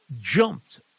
jumped